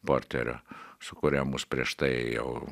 porterio su kuria mus prieš tai jau